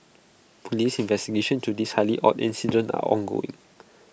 Police investigations to this highly odd incident are ongoing